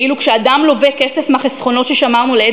ואילו כשאדם לווה כסף מהחסכונות ששמרנו לעת